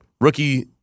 Rookie